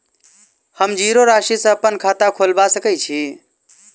हम जीरो राशि सँ अप्पन खाता खोलबा सकै छी?